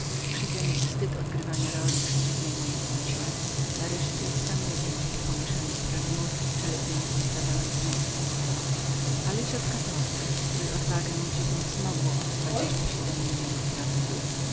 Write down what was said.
przytem wstyd odgrywania roli przeciwnej mojej płci nareszcie sam nie wiem jakie pomieszanie sprawiło że ledwie nie postradałem zmysłów ale ciotka torres której odwagę dziwniepod niosłodziwnie podniosło dwadzieścia siedm milionów podwójnych piastrów